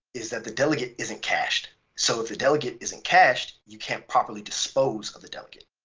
is that the delegate isn't cached. so if the delegate isn't cached, you can't properly dispose of the delegate.